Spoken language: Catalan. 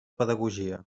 pedagogia